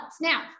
Now